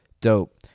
dope